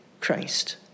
Christ